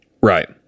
Right